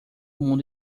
mundo